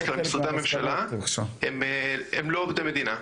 כלל במשרדי הממשלה הם לא עובדי מדינה,